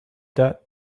debt